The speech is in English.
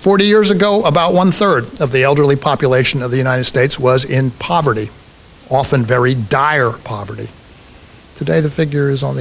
forty years ago about one third of the elderly population of the united states was in poverty often very dire poverty today the figure is on the